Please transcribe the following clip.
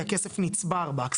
כי הכסף נצבר בה,